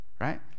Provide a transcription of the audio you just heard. right